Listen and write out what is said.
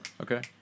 okay